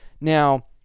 now